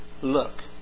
look